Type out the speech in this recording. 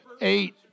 Eight